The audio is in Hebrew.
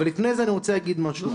אבל לפני זה אני רוצה להגיד משהו.